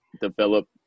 develop